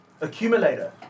Accumulator